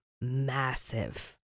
massive